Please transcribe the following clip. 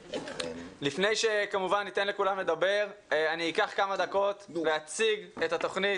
לפני שכמובן ניתן לכולם לדבר אני אקח כמה דקות להציג את התוכנית